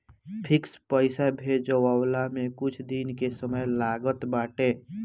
fix पईसा भेजाववला में कुछ दिन के समय लागत बाटे